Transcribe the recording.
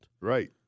Right